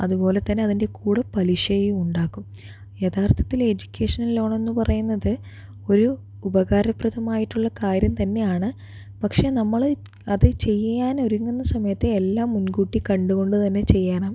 അതുപോലെതന്നെ അതിൻ്റെ കൂടെ പലിശയും ഉണ്ടാകും യഥാർത്ഥത്തിൽ എജുക്കേഷൻ ലോണെന്ന് പറയുന്നത് ഒരു ഉപകാരപ്രദമായിട്ടുള്ള കാര്യം തന്നെയാണ് പക്ഷെ നമ്മള് അത് ചെയ്യാൻ ഒരുങ്ങുന്ന സമയത്ത് എല്ലാം മുൻകൂട്ടി കണ്ടുകൊണ്ട് തന്നെ ചെയ്യണം